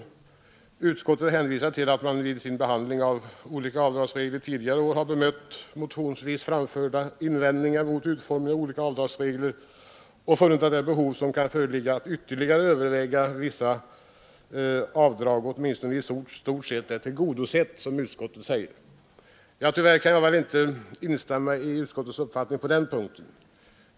Utskottet hänvisar till att man vid sin behandling av olika avdragsregler tidigare har bemött motionsvis framförda invändningar mot utformningen av olika avdragsregler och funnit att det behov som kan föreligga av att ytterligare överväga vissa avdrag ”åtminstone i stort sett redan är tillgodosett”, som utskottet säger. Tyvärr kan jag inte instämma i utskottets uppfattning på den punkten.